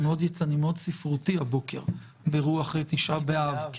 אני מאוד ספרותי הבוקר ברוח תשעה באב.